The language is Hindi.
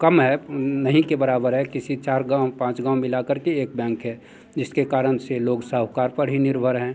कम है नहीं के बराबर है किसी चार गाँव पाँच गाँव मिला करके एक बैंक है जिसके कारण से लोग साहूकार पर ही निर्भर हैं